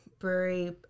Brewery